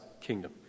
kingdom